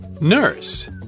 nurse